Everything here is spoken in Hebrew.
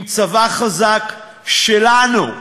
עם צבא חזק שלנו,